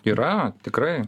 yra tikrai